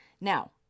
Now